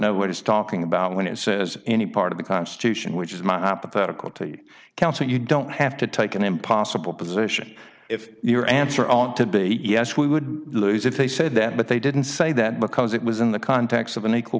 know what it's talking about when it says any part of the constitution which is my hypothetical to you counsel you don't have to take an impossible position if your answer aren't to be yes we would lose if they said that but they didn't say that because it was in the context of an equal